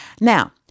Now